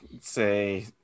say